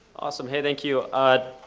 awesome. hey, thank you. ah